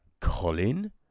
Colin